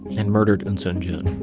and murdered eunsoon jun